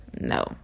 no